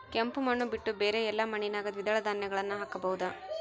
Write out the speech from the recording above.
ಕೆಂಪು ಮಣ್ಣು ಬಿಟ್ಟು ಬೇರೆ ಎಲ್ಲಾ ಮಣ್ಣಿನಾಗ ದ್ವಿದಳ ಧಾನ್ಯಗಳನ್ನ ಹಾಕಬಹುದಾ?